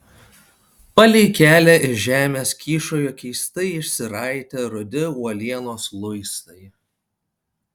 palei kelią iš žemės kyšojo keistai išsiraitę rudi uolienos luistai